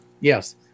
Yes